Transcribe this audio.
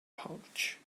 pouch